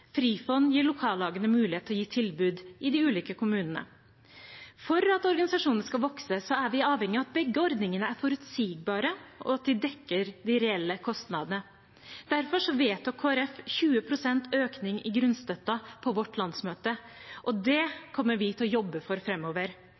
Frifond gir lokallagene mulighet til å gi tilbud i de ulike kommunene. For at organisasjonene skal vokse, er vi avhengig av at begge ordningene er forutsigbare, og at de dekker de reelle kostnadene. Derfor vedtok Kristelig Folkeparti 20 pst. økning i grunnstøtten på sitt landsmøte, og det